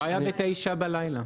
לא היה ב 21:00 בלילה.